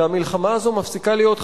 שהמלחמה הזאת מפסיקה להיות חד-צדדית.